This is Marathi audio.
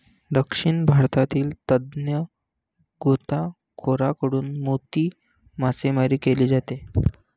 दक्षिण भारतातील तज्ञ गोताखोरांकडून मोती मासेमारी केली जाते